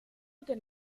den